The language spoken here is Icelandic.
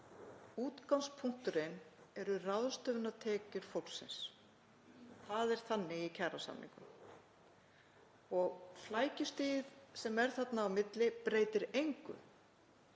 Útgangspunkturinn eru ráðstöfunartekjur fólksins, það er þannig í kjarasamningum. Flækjustigið sem er þarna á milli breytir engu